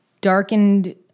darkened